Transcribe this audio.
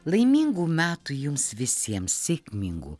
laimingų metų jums visiems sėkmingų